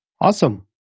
Awesome